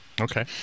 Okay